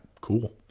cool